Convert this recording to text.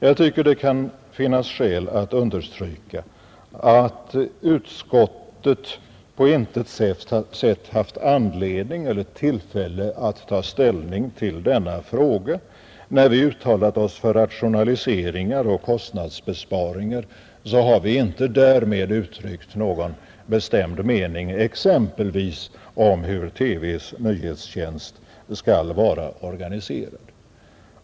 Jag tycker det kan finnas skäl att understryka att utskottet på intet sätt haft anledning eller tillfälle att ta ställning till denna fråga. När vi uttalar oss för rationaliseringar och kostnadsbesparingar så har vi inte därmed uttryckt någon bestämd mening exempelvis om hur TV:s nyhetstjänst skall vara organiserad.